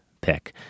pick